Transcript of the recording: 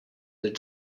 their